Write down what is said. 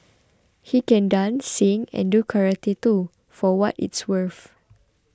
he can dance sing and do karate too for what it's worth